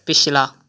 ਪਿਛਲਾ